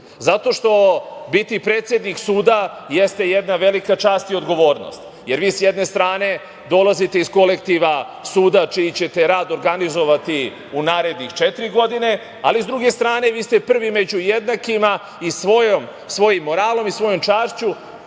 što biti predsednik suda jeste jedna velika čast i odgovornost, jer vi s jedne strane dolazite iz kolektiva suda čiji ćete rad organizovati u narednih četiri godine, ali s druge strane vi ste prvi među jednakima i svojim moralom i svojom čašću